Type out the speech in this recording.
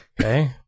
Okay